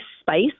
spice